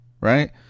right